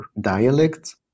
dialects